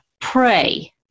pray